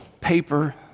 paper